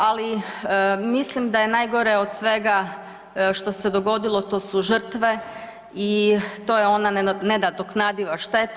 Ali mislim da je najgore od svega što se dogodilo to su žrtve i to je ona nenadoknadiva šteta.